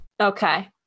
Okay